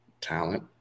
talent